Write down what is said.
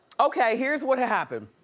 okay, here's what had happened.